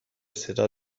صدا